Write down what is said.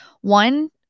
one